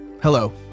Hello